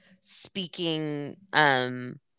speaking